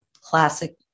classic